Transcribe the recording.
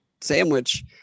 sandwich